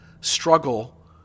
struggle